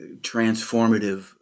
transformative